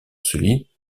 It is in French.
celui